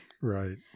Right